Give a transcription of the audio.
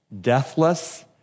deathless